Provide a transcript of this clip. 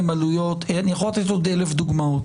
עלויות אני יכול לתת עוד אלף דוגמאות.